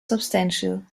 substantial